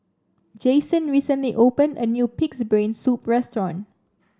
Jasen recently opened a new pig's brain soup restaurant